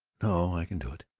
no, i can do it.